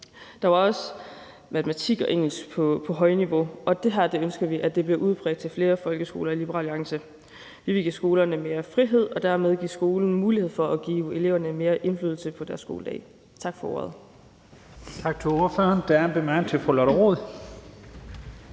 Der var også matematik og engelsk på højniveau, og det ønsker vi i Liberal Alliance bliver udbredt til flere folkeskoler. Vi vil give skolerne mere frihed og dermed give skolen mulighed for at give eleverne mere indflydelse på deres skoledag. Tak for ordet.